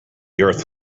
earth